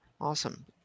Awesome